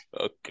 Okay